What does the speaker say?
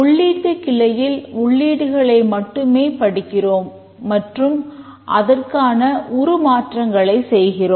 உள்ளீட்டுக் கிளையில் உள்ளீடுகளை மட்டுமே படிக்கிறோம் மற்றும் அதற்கான உருமாற்றங்களைச் செய்கிறோம்